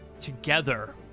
Together